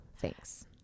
Thanks